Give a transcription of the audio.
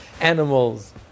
animals